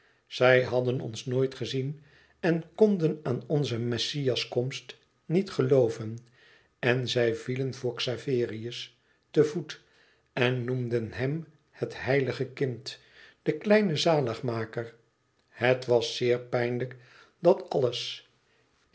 zij hadden ons nooit gezien en konden aan onze messias komst niet gelooven en zij vielen voor xaverius te voet en noemden hem het heilige kind den kleinen zaligmaker het was zeer pijnlijk dat alles